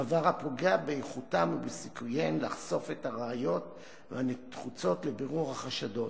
דבר הפוגע באיכותן ובסיכוייהן לחשוף את הראיות הנחוצות לבירור החשדות,